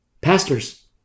Pastors